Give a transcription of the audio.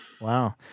wow